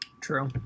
True